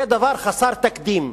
זה דבר חסר תקדים,